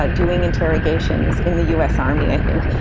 ah doing interrogations in the us army, i think.